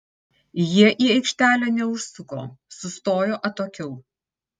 jie į aikštelę neužsuko sustojo atokiau